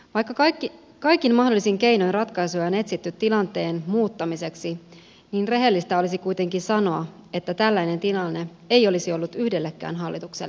vaikka kaikin mahdollisin keinoin ratkaisuja on etsitty tilanteen muuttamiseksi niin rehellistä olisi kuitenkin sanoa että tällainen tilanne ei olisi ollut yhdellekään hallitukselle helppo